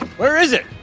where is it?